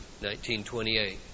1928